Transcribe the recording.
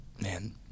man